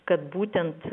kad būtent